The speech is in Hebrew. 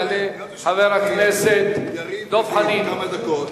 יעלה חבר הכנסת דב חנין.